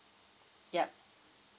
yup